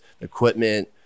equipment